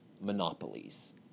monopolies